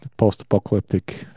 post-apocalyptic